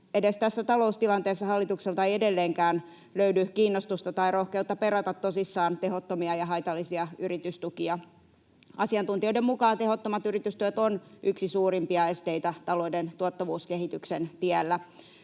edes tässä taloustilanteessa hallitukselta ei edelleenkään löydy kiinnostusta tai rohkeutta perata tosissaan tehottomia ja haitallisia yritystukia. Asiantuntijoiden mukaan tehottomat yritystuet ovat yksi suurimpia esteitä talouden tuottavuuskehityksen tiellä.